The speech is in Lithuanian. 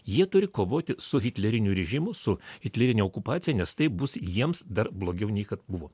jie turi kovoti su hitleriniu režimu su hitlerine okupacija nes tai bus jiems dar blogiau nei kad buvo